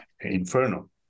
Inferno